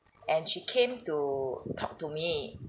and she came to talk to me